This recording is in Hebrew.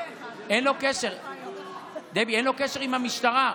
אין לו קשר, דבי, אין לו קשר עם המשטרה.